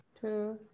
two